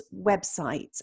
website